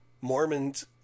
Mormons